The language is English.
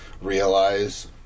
realize